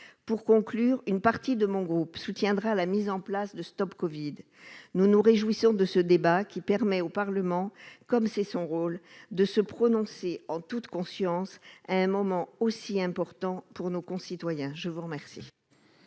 Pour conclure, une partie de mon groupe soutiendra la mise en place de StopCovid. Nous nous réjouissons de ce débat qui permet au Parlement, comme c'est son rôle, de se prononcer en toute conscience à un moment aussi important pour nos concitoyens. La parole